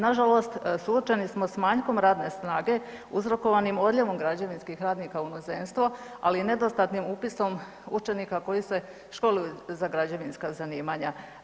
Na žalost suočeni smo s manjkom radne snage uzrokovanim odljevom građevinskih radnika u inozemstvo, ali i nedostatnim upisom učenika koji se školuju za građevinska zanimanja.